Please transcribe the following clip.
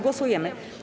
Głosujemy.